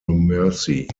mercy